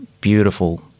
beautiful